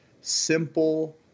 simple